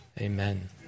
Amen